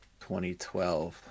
2012